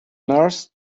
nurse